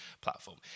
platform